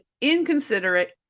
inconsiderate